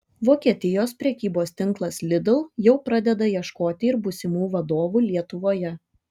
vokietijos prekybos tinklas lidl jau pradeda ieškoti ir būsimų vadovų lietuvoje